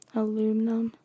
aluminum